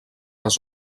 les